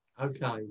Okay